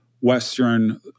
Western